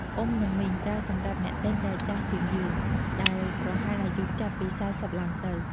“អ៊ុំ” និង “មីង” ប្រើសម្រាប់អ្នកទិញដែលចាស់ជាងយើង ដែលប្រហែលអាយុចាប់ពី ៤០ ឡើងទៅ។